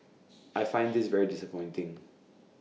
I find this very disappointing